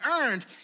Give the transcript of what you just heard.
earned